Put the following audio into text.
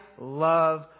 love